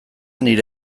nire